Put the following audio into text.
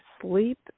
sleep